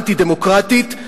אנטי-דמוקרטית,